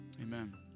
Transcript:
Amen